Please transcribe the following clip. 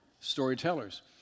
storytellers